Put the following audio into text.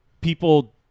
people